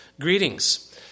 greetings